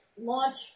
launch